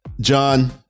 John